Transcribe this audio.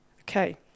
Okay